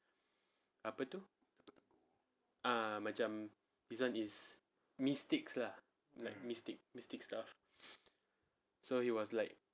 apa tu err macam this [one] is mystics lah like mystic mystic stuff so he was like